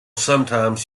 sometimes